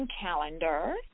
calendar